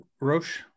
Roche